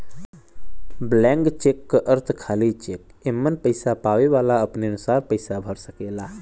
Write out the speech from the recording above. blank cheque क अर्थ खाली चेक एमन पैसा पावे वाला अपने अनुसार पैसा भर सकेला